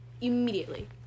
immediately